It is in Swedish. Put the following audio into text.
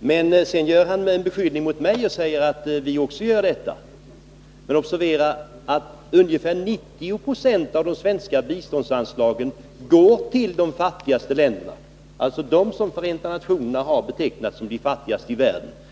Men sedan riktar han en beskyllning mot mig, då han säger att också vi ger politiska bidrag. Observera att ungefär 90 20 av de svenska biståndsanslagen går till de länder som Förenta nationerna har betecknat som de fattigaste i världen.